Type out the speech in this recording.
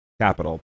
Capital